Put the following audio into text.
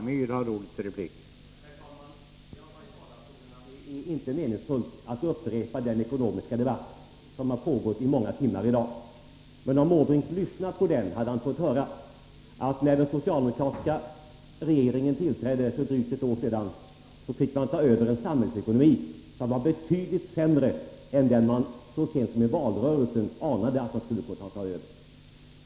Herr talman! Jag sade tidigare att det inte är meningsfullt att återupprepa den ekonomiska debatt som pågått i många timmar i dag. Om Bertil Måbrink lyssnat på den hade han fått höra att när den socialdemokratiska regeringen tillträdde för drygt ett år sedan, fick man ta över en samhällsekonomi som var betydligt sämre än man så sent som i valrörelsen kunde ana.